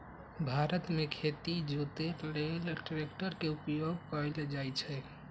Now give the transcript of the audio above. भारत मे खेती जोते लेल ट्रैक्टर के उपयोग कएल जाइ छइ